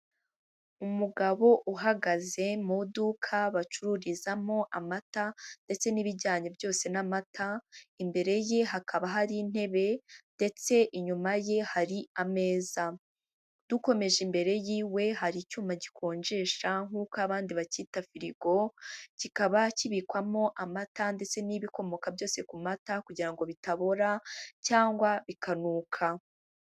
Umugabo uhagaze mu duka bacururizamo amata ndetse n'ibijyanye byose n'amata, imbere ye hakaba hari intebe ndetse inyuma ye hari ameza. Dukomeje imbere y'iwe hari icyuma gikonjesha nk'uko abandi bacyita firigo, kikaba kibikwamo amata ndetse n'ibikomoka byose ku mata kugira ngo bitabora cyangwa bikanuka.